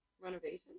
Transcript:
renovation